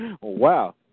Wow